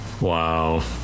Wow